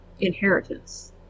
inheritance